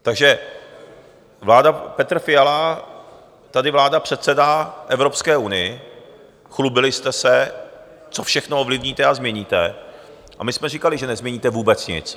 Takže vláda Petra Fialy, tady vláda předsedá Evropské unii, chlubili jste se, co všechno ovlivníte a změníte, a my jsme říkali, že nezměníte vůbec nic.